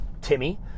Timmy